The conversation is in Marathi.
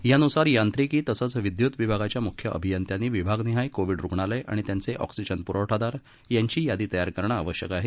यान्सार यांत्रिकी तसंच विदय्त विभागाच्या म्ख्य अभियंत्यांनी विभागनिहाय कोविड रुग्णालय आणि त्यांचे ऑक्सिजन प्रवठादार यांची यादी तयार करणं आवश्यक आहे